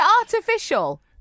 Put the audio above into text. artificial